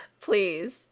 Please